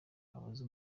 abaza